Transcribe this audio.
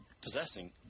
possessing